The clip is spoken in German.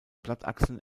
blattachseln